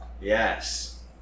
Yes